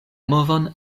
movon